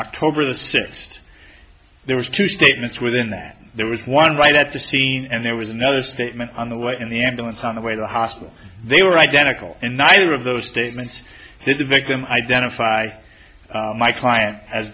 october the sixt there was two statements within that there was one right at the scene and there was another statement on the way in the ambulance on the way to the hospital they were identical and neither of those statements did the victim identify my client as